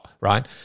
right